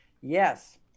yes